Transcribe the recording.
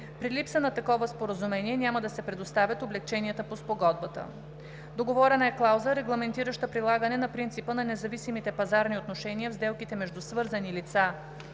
При липса на такова споразумение няма да се предоставят облекченията по Спогодбата; - договорена е клауза, регламентираща прилагане на принципа на независимите пазарни отношения в сделките между свързани лица